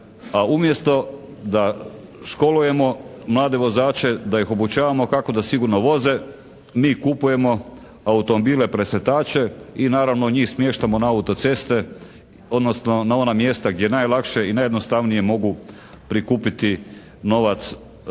a umjesto da školujemo mlade vozače, da ih obučavamo kako da sigurno voze mi kupujemo automobile presretače i naravno njih smještamo na autoceste, odnosno na ona mjesta gdje najlakše i najjednostavnije mogu prikupiti novac